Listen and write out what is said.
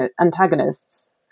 antagonists